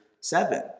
seven